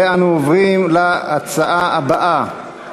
אנו עוברים להצעה הבאה.